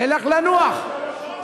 נלך לנוח,